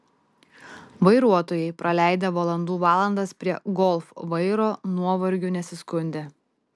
vairuotojai praleidę valandų valandas prie golf vairo nuovargiu nesiskundė